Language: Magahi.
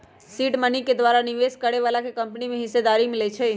सीड मनी के द्वारा निवेश करए बलाके कंपनी में हिस्सेदारी मिलइ छइ